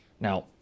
Now